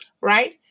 right